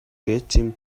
getting